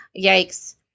yikes